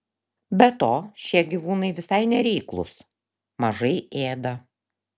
be to šie gyvūnai visai nereiklūs mažai ėda